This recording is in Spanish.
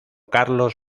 carlos